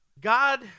God